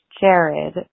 Jared